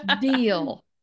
Deal